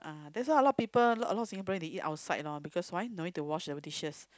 that's why a lot people a lot of Singaporean they eat outside lor because why no need to wash our dishes